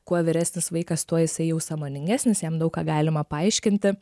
kuo vyresnis vaikas tuo jisai jau sąmoningesnis jam daug ką galima paaiškinti